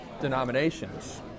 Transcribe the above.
denominations